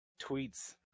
tweets